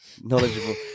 Knowledgeable